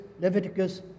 Leviticus